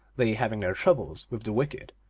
they having their troubles with the wicked,